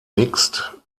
mixed